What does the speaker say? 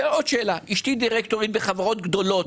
אשתי דירקטורית בחברות גדולות.